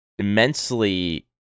immensely